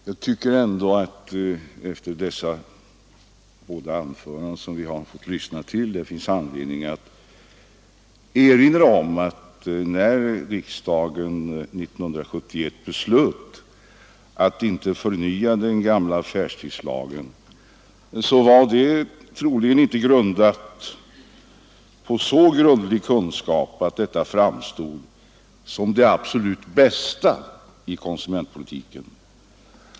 Jag tycker att det efter de båda anföranden som vi nu har lyssnat till finns anledning erinra om att när riksdagen 1971 beslöt upphäva den gamla affärstidslagen, var beslutet troligen inte grundat på så ingående kunskap om förhållandena att de nya bestämmelser som infördes framstod som absolut bäst för konsumentpolitikens vidkommande.